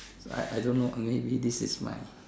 like I don't know maybe this is my